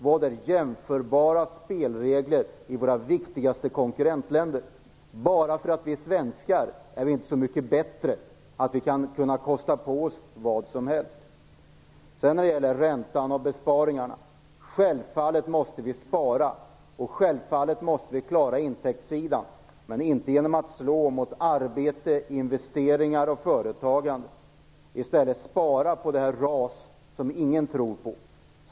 Vad är jämförbara spelregler i våra viktigaste konkurrentländer? Bara för att vi är svenskar är vi inte så mycket bättre att vi kan kosta på oss vad som helst. Sedan har vi räntan och besparingarna. Självfallet måste vi spara och självfallet måste vi klara intäktssidan, men inte genom att slå mot arbete, investeringar och företagande. I stället skall vi spara på RAS, som ingen tror på.